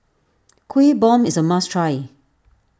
Kuih Bom is a must try